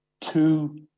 two